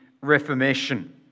Reformation